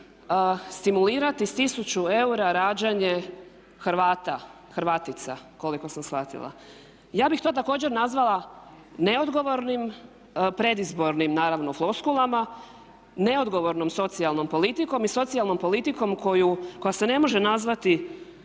stimulirati sa 1000 eura rađanje Hrvata, Hrvatica, koliko sam shvatila. Ja bih to također nazvala neodgovornim, predizbornim naravno floskulama, neodgovornom socijalnom politikom i socijalnom politikom koja se ne može nazvati